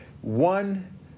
one